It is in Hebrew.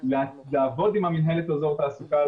לעבוד עם המִנהלת של אזור התעסוקה,